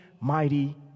mighty